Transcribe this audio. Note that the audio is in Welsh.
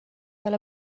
fel